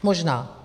Možná.